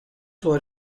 what